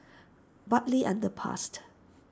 Bartley Underpassed